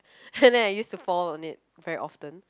and I used to fall on it very often